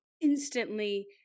instantly